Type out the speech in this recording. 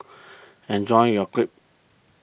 enjoy your Crepe